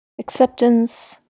Acceptance